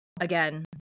again